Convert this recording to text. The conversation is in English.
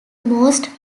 most